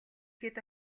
хэд